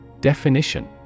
Definition